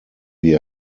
wie